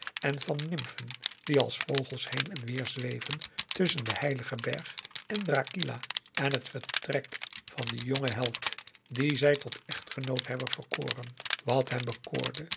en van nimfen die als vogels heen en weer zweven tusschen den heiligen berg endra kila en het vertrek van den jongen held dien zij tot echtgenoot hebben verkoren wat hem bekoorde